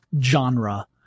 genre